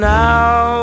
now